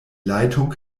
leitung